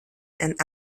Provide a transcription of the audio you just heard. and